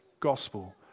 gospel